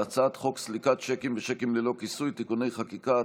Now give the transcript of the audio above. על הצעת חוק סליקת שיקים ושיקים ללא כיסוי (תיקוני חקיקה),